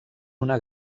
una